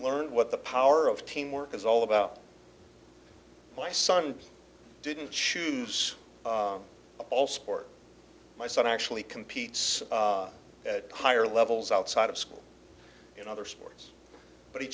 learned what the power of teamwork is all about my son didn't choose all sport my son actually competes higher levels outside of school in other sports but he